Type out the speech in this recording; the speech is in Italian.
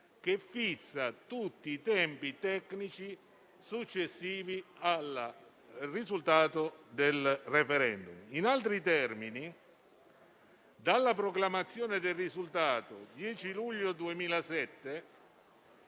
che fissa tutti i tempi tecnici successivi al risultato del *referendum*. In altri termini, dalla proclamazione del risultato (10 luglio 2007)